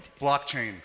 blockchain